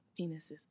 penises